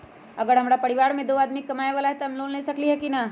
अगर हमरा परिवार में दो आदमी कमाये वाला है त हम लोन ले सकेली की न?